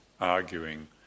arguing